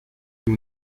nous